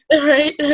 right